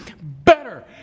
better